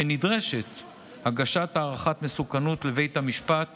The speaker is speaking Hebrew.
ונדרשת הגשת הערכת מסוכנות לבית המשפט